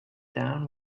down